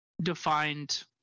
defined